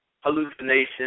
hallucinations